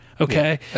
Okay